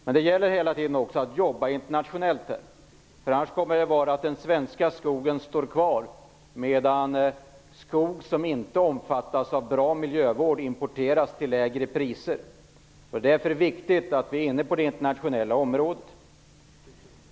Men det gäller också att hela tiden jobba internationellt, för annars kommer den svenska skogen att stå kvar medan skog som inte omfattas av bra miljövård importeras till lägre priser. Därför är det viktigt att vi är inne på det internationella området.